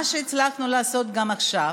מה שהצלחנו לעשות גם עכשיו